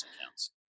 accounts